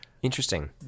Interesting